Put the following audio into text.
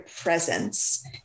presence